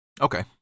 Okay